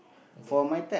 okay